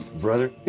Brother